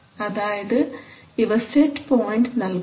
അതായത് ഇവ set point നൽകുന്നു